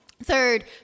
Third